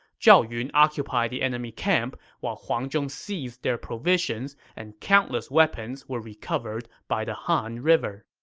zhao yun occupied the enemy camp, while huang zhong seized their provisions, and countless weapons were recovered by the han river.